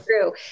true